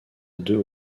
deux